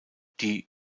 die